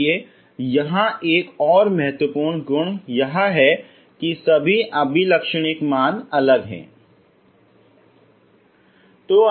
इसलिए यहां एक और महत्वपूर्ण गुण यह है कि सभी अभिलक्षणिक मान अलग हैं